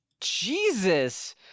Jesus